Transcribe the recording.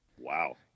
Wow